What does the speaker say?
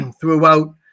throughout